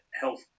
health